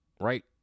Right